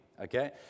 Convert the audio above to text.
okay